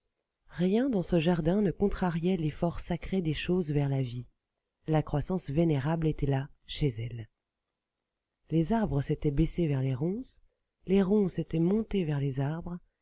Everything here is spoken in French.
rien dans ce jardin ne contrariait l'effort sacré des choses vers la vie la croissance vénérable était là chez elle les arbres s'étaient baissés vers les ronces les ronces étaient montées vers les arbres